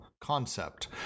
concept